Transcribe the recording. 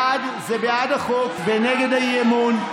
בעד זה בעד החוק ונגד האי-אמון,